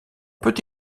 peut